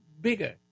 bigger